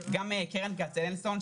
גם קרן קצנלסון,